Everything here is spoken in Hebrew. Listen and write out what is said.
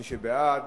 מי בעד,